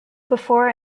before